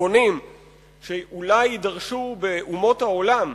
דרכונים שאולי יידרשו באומות העולם,